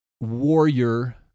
warrior